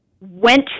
went